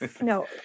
no